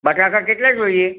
બટાકા કેટલાં જોઈએ